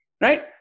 right